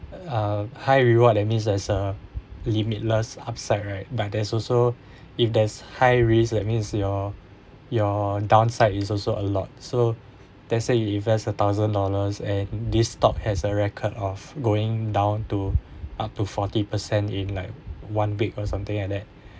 uh high reward that means there's a limitless upside right but there's also if there's high risk that means your your downside is also a lot so let's say you invest a thousand dollars and this stock has a record of going down to up to forty per cent in like one week or something like that